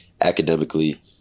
academically